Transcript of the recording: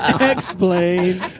Explain